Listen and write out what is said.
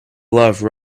love